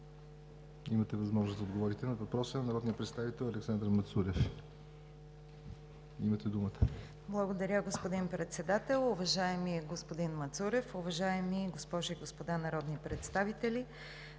Имате възможност да отговорите на въпроса на народния представител Александър Мацурев. МИНИСТЪР ПЕТЯ АВРАМОВА: Благодаря, господин Председател. Уважаеми господин Мацурев, уважаеми госпожи и господа народни представители!